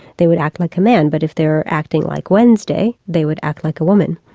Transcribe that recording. they would act like a man. but if they were acting like wednesday they would act like a woman.